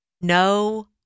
no